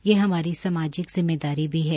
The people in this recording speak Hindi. यह हमारी सामाजिक जिम्मेदारी भी है